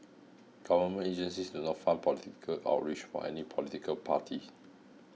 government agencies do not fund political outreach for any political party